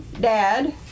dad